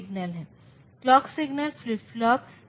तो आपके पास x के अन्य मान भी हो सकते हैं